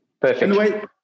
Perfect